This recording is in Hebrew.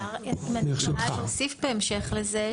רק להוסיף בהמשך לזה,